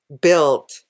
built